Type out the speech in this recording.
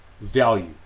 Value